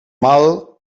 mal